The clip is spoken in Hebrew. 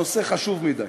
הנושא חשוב מדי,